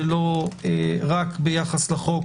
ולא רק ביחס לחוק